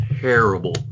terrible